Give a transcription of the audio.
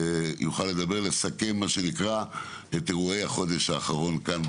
שבו כל חבר כנסת שירצה יוכל לסכם את אירועי החודש האחרון כאן,